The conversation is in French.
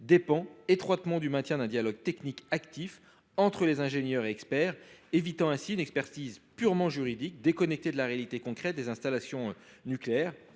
dépend étroitement du maintien d’un dialogue technique actif entre les ingénieurs et les experts, évitant ainsi une expertise purement juridique déconnectée de la réalité concrète des installations nucléaires.